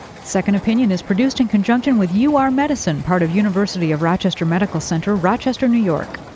second opinion is produced in conjunction with u r. medicine, part of university of rochester medical center, rochester, new york.